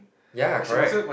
ya correct